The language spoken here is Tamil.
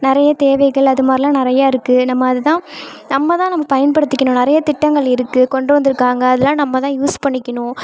நிறைய தேவைகள் அதுமாதிரிலாம் நிறையா இருக்குது நம்ம அதுதான் நம்மதான் நம்ம பயன்படுத்திக்கணும் நிறைய திட்டங்கள் இருக்குது கொண்டு வந்திருக்காங்க அதலாம் நம்மதான் யூஸ் பண்ணிக்கணும்